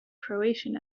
croatian